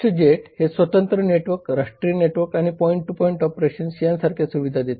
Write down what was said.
east Jet हे स्वतंत्र network राष्ट्रीय नेटवर्क आणि पॉइंट टू पॉईंट ऑपरेशन्स यांसारख्या सुविधा देते